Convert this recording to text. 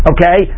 Okay